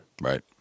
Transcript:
Right